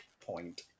point